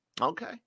Okay